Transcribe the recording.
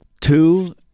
two